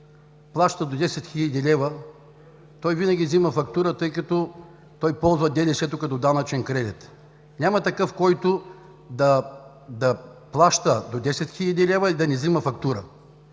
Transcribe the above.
плаща до 10 хил. лв., то винаги взема фактура, тъй като ползва ДДС-то като данъчен кредит. Няма такъв, който да плаща до 10 хил. лв. и да не взема фактура.